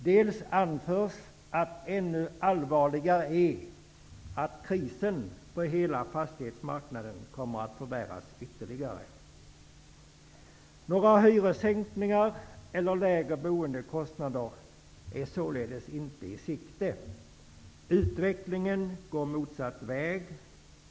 Vidare anförs att ännu allvarligare är att krisen på hela fastighetsmarknaden kommer att förvärras ytterligare. Några hyressänkningar eller lägre boendekostnader är således inte i sikte. Utvecklingen går motsatt väg.